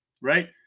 right